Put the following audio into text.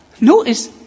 Notice